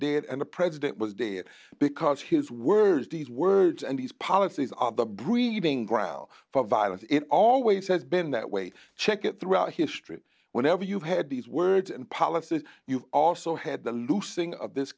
dead and the president was day because his words these words and his policies are the breeding ground for violence it always has been that way check it throughout history whenever you've had these words and policies you've also had the loosing of this